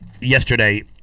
yesterday